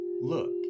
Look